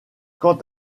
quant